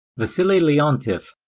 wassily leontief,